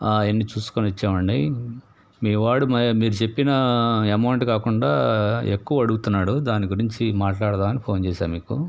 అవన్నీ చూసుకుని వచ్చామండి మీవాడు మీరు చెప్పిన అమౌంట్ కాకుండా ఎక్కువ అడుగుతున్నాడు దాని గురించి మాట్లాడదామని ఫోన్ చేశాను మీకు